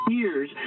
years